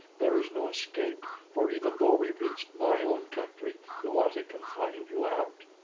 there is no escape, for even though we reached my own country luata can find you out.